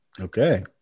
Okay